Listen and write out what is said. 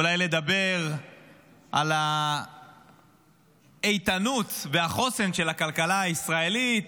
אולי לדבר על האיתנות והחוסן של הכלכלה הישראלית,